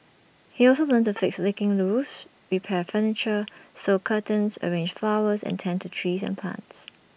he also learnt to fix leaking roofs repair furniture sew curtains arrange flowers and tend to trees and plants